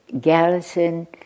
Garrison